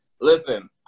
Listen